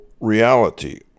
reality